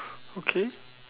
okay